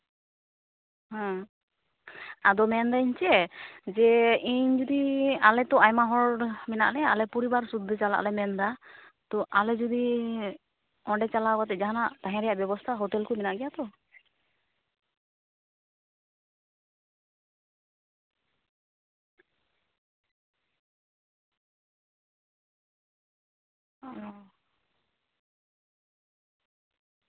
ᱦᱮᱸ ᱟᱫᱚ ᱢᱮᱱᱫᱟᱹᱧ ᱪᱮᱫ ᱡᱮ ᱤᱧ ᱡᱩᱫᱤ ᱟᱞᱮ ᱛᱚ ᱟᱭᱢᱟ ᱦᱚᱲ ᱢᱮᱱᱟᱜ ᱞᱮᱭᱟ ᱟᱞᱮ ᱯᱚᱨᱤᱵᱟᱨ ᱥᱩᱫᱽᱫᱷᱟᱹ ᱪᱟᱞᱟᱜ ᱞᱮ ᱢᱮᱱᱫᱟ ᱛᱚ ᱟᱞᱮ ᱡᱩᱫᱤ ᱚᱸᱰᱮ ᱪᱟᱞᱟᱣ ᱠᱟᱛᱮ ᱡᱟᱦᱟᱱᱟᱜ ᱛᱟᱦᱮᱱ ᱨᱮᱭᱟᱜ ᱵᱮᱵᱚᱥᱛᱟ ᱦᱳᱴᱮᱞ ᱠᱚ ᱢᱮᱱᱟᱜ ᱜᱮᱭᱟ ᱛᱚ ᱚᱸᱻ